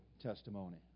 testimony